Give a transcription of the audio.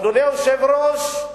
אדוני היושב-ראש,